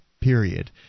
period